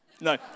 No